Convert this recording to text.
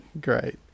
great